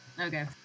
Okay